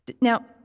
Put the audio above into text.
Now